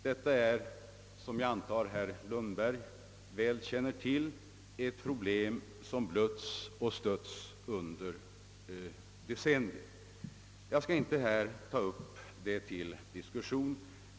Detta är, som jag antar herr Lundberg väl känner till, ett problem som blötts och stötts under decennier, och jag skall här inte ta upp saken till diskussion.